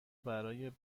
برای